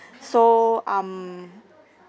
so um